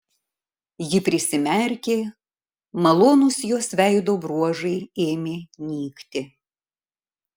ji prisimerkė malonūs jos veido bruožai ėmė nykti